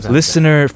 Listener